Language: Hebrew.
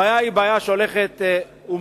הבעיה היא בעיה שהולכת ומחריפה,